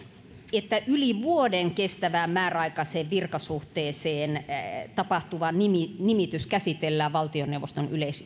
että yli vuoden kestävään määräaikaiseen virkasuhteeseen tapahtuva nimitys käsitellään valtioneuvoston